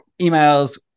emails